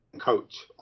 coach